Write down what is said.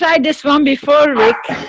like this one before rick.